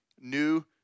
new